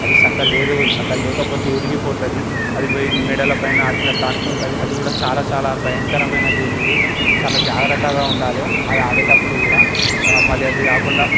అది సక్క లేదు సక్క లేకపోతే ఇరిగిపోతుంది అది పోయి మెడలపైనా వాటిలో తాకుతుంటుంది అది కూడా చాలా చాలా భయంకరమైన గేమ్ ఇది చాలా జాగ్ర త్తగా ఉండాలి అది ఆడేటప్పుడు కూడా మళ్ళీ అది కాకుండా